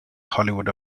hollywood